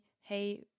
hey